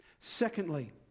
Secondly